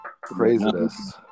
Craziness